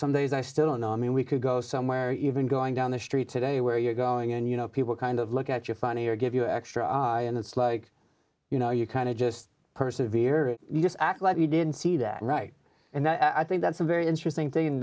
somedays i still don't know i mean we could go somewhere even going down the street today where you're going and you know people kind of look at you funny or give you extra and it's like you know you kind of just perseverance you just act like you didn't see that right and i think that's a very interesting thing